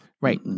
right